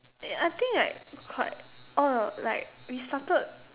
uh I think like quite orh like we started